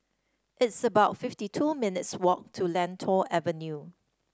it's about fifty two minutes' walk to Lentor Avenue